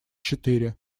четыре